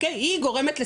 היא גורמת לסרטן,